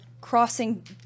crossing